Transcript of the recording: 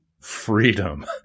freedom